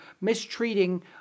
mistreating